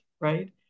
right